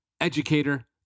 educator